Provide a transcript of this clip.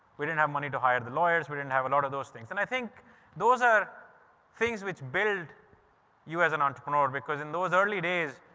we didn't have money to hire the lawyers. we didn't have a lot of those things. and i think those are things which build you as an entrepreneur, because in those early days,